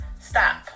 stop